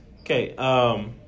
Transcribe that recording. Okay